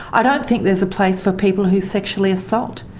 i don't think there's a place for people who sexually assault.